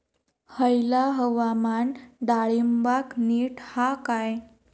हयला हवामान डाळींबाक नीट हा काय?